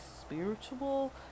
spiritual